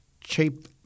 cheap